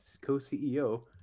co-CEO